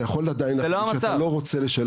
אתה יכול עדיין להגיד שאתה לא רוצה לגשת.